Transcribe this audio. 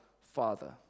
Father